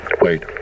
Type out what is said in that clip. Wait